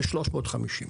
כ-350.